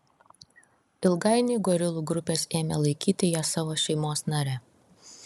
ilgainiui gorilų grupės ėmė laikyti ją savo šeimos nare